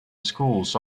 schools